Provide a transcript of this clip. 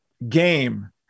game